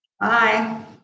Bye